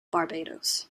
barbados